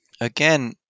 again